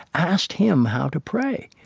asked him how to pray.